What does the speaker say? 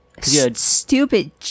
stupid